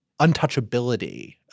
untouchability